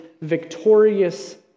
victorious